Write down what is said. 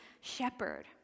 shepherd